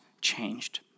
changed